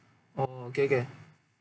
oh okay okay